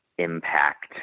Impact